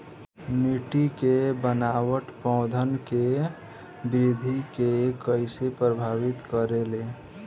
मिट्टी के बनावट पौधन के वृद्धि के कइसे प्रभावित करे ले?